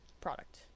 product